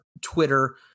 Twitter